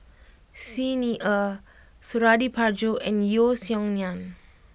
Xi Ni Er Suradi Parjo and Yeo Song Nian